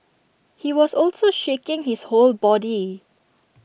he was also shaking his whole body